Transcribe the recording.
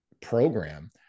program